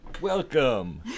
welcome